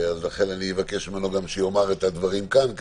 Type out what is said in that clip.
ולכן אבקש ממנו גם שיאמר את הדברים כאן.